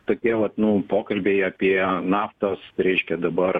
tokie vat nu pokalbiai apie naftos reiškia dabar